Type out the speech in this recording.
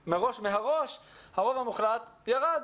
שהרוב המוחלט ירד.